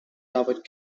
robert